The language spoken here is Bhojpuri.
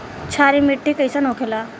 क्षारीय मिट्टी कइसन होखेला?